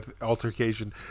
altercation